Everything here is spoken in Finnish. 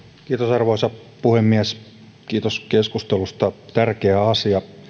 arvoisa puhemies kiitos keskustelusta tärkeä asia